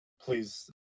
please